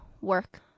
work